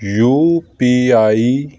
U P I